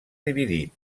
dividit